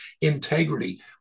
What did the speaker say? integrity